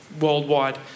worldwide